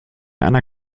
einer